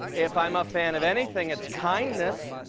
if i'm a fan of anything, it's kindness,